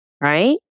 right